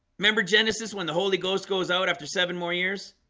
remember genesis when the holy ghost goes out after seven more years.